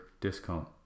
discount